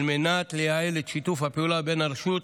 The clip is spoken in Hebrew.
מנת לייעל את שיתוף הפעולה בין הרשות